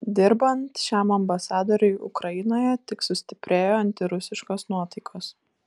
dirbant šiam ambasadoriui ukrainoje tik sustiprėjo antirusiškos nuotaikos